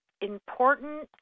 important